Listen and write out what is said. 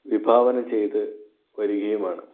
വിഭാവന ചെയ്തു വരികയുമാണ്